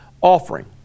offering